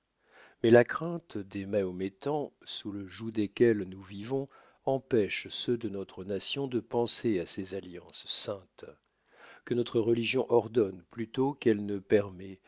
mais la crainte des mahométans sous le joug desquels nous vivons empêche ceux de notre nation de penser à ces alliances saintes que notre religion ordonne plutôt qu'elle ne permet